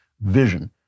Vision